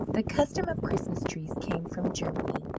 the custom of christmas-trees came from germany.